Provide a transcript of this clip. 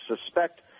suspect